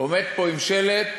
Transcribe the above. עומד פה עם שלט.